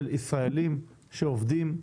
של ישראלים שעובדים,